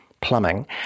plumbing